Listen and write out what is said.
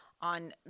on